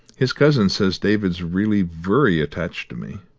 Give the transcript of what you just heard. his cousin says david's really vurry attached to me,